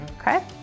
Okay